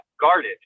guarded